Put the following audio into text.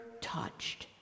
touched